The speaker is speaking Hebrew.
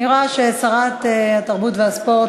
אני רואה ששרת התרבות והספורט,